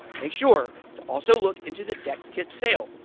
make sure to also look into the dexkit sale.